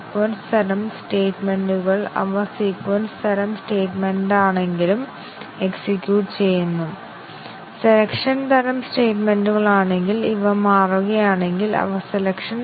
മറ്റൊരു വിധത്തിൽ പറഞ്ഞാൽ വളരെ ലളിതമായ ഒരു ടെസ്റ്റിംഗ് വളരെ അവബോധജന്യമായി ലളിതമായ ടെസ്റ്റിംഗ് ടെക്നിക് ആണെങ്കിലും ബേസിക് കണ്ടിഷൻ കവറേജ് വളരെ ദുർബലമായ പരിശോധനയാണ്